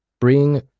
bring